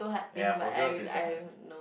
ya for girls is a